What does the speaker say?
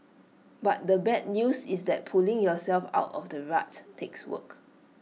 but the bad news is that pulling yourself out of the rut takes work